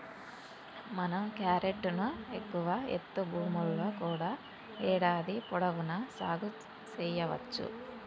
మనం క్యారెట్ ను ఎక్కువ ఎత్తు భూముల్లో కూడా ఏడాది పొడవునా సాగు సెయ్యవచ్చు